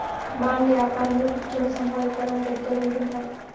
బాండ్ల యాపారంలో కుచ్చోని సంపాదిత్తారు అని పెద్దోళ్ళు అంటుంటారు